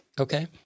Okay